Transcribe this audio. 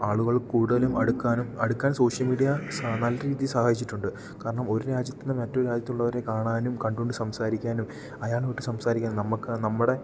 ആളുകൾ കൂടുതലും അടുക്കാനും അടുക്കാൻ സോഷ്യൽ മീഡിയ നല്ല രീതിയിൽ സഹായിച്ചിട്ടുണ്ട് കാരണം ഒരു രാജ്യത്ത് നിന്നും മറ്റൊരു രാജ്യത്തുള്ളവരെ കാണാനും കണ്ടു കൊണ്ട് സംസാരിക്കാനും അയാളുമായിട്ട് സംസാരിക്കാനും നമ്മൾക്ക് നമ്മുടെ